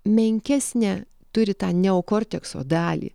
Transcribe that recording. menkesnę turi tą neokortekso dalį